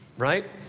Right